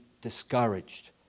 discouraged